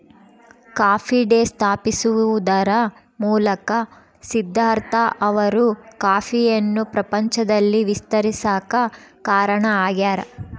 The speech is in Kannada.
ಕಾಫಿ ಡೇ ಸ್ಥಾಪಿಸುವದರ ಮೂಲಕ ಸಿದ್ದಾರ್ಥ ಅವರು ಕಾಫಿಯನ್ನು ಪ್ರಪಂಚದಲ್ಲಿ ವಿಸ್ತರಿಸಾಕ ಕಾರಣ ಆಗ್ಯಾರ